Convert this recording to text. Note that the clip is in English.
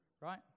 right